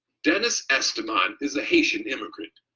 dennis esteban is a haitian immigrant.